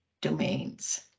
domains